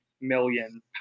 million